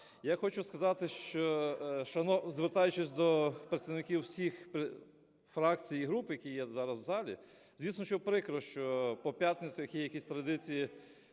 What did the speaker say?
Я хочу сказати, що… звертаючись до представників усіх фракцій і груп, які є зараз у залі, звісно, що прикро, що по п'ятницях є якісь традиції